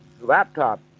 laptop